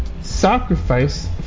Sacrifice